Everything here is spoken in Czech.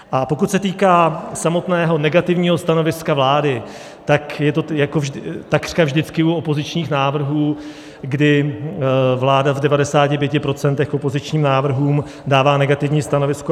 A pokud se týká samotného negativního stanoviska vlády, tak je to jako takřka vždycky u opozičních návrhů, kdy vláda v 95 procentech opozičním návrhům dává negativní stanovisko.